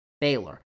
baylor